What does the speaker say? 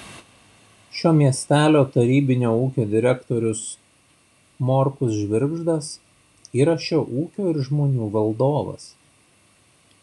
šio miestelio tarybinio ūkio direktorius morkus žvirgždas yra šio ūkio ir žmonių valdovas